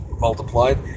multiplied